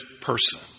person